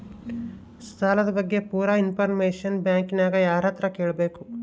ಸಾಲದ ಬಗ್ಗೆ ಪೂರ ಇಂಫಾರ್ಮೇಷನ ಬ್ಯಾಂಕಿನ್ಯಾಗ ಯಾರತ್ರ ಕೇಳಬೇಕು?